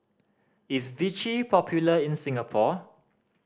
is Vichy popular in Singapore